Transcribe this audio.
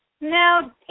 Now